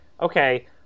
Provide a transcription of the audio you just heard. okay